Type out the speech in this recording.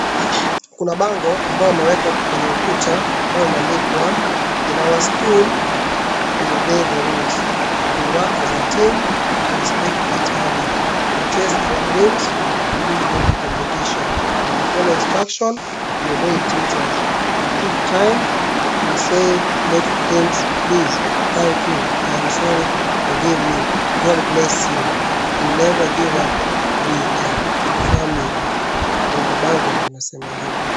Kuna bango ambalo limewekwa kwenye ukuta ambayo imeandikwa in our school we obey the rules. We work as a team, we respect each other. We chase our dreams, we do healthy competition. We follow instruction we obey teachers. We keep time, we say little things please, thank you, I am sorry, forgive me, God bless you. We re family bango linasema hivi.